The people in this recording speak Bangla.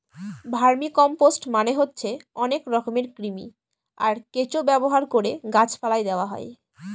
ভার্মিকম্পোস্ট মানে হচ্ছে অনেক রকমের কৃমি, আর কেঁচো ব্যবহার করে গাছ পালায় দেওয়া হয়